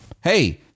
Hey